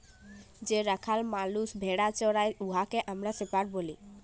যে রাখাল মালুস ভেড়া চরাই উয়াকে আমরা শেপাড় ব্যলি